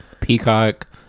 peacock